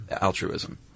altruism